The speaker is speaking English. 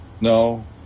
No